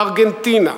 ארגנטינה,